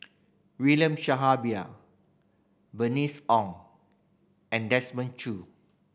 William Bernice Ong and Desmond Choo